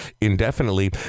indefinitely